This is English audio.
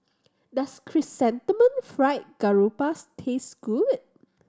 does Chrysanthemum Fried Garoupa taste good